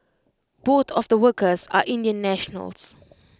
both of the workers are Indian nationals